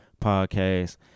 podcast